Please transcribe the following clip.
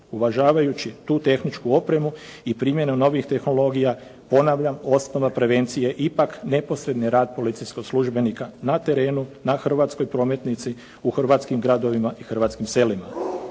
Uvažavajući tu tehničku opremu i primjenu novih tehnologija, ponavljam, osnove prevencije je ipak neposredni rad policijskog službenika na terenu, na hrvatskoj prometnici, u hrvatskim gradovima i hrvatskim selima.